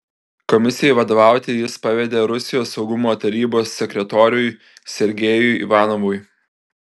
komisijai vadovauti jis pavedė rusijos saugumo tarybos sekretoriui sergejui ivanovui